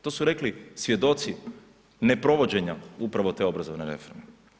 To su rekli svjedoci neprovođenja uprave te obrazovne reforme.